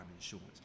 insurance